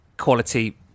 quality